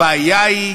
הבעיה היא,